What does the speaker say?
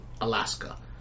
Alaska